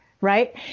right